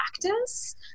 practice